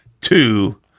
two